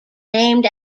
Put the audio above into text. named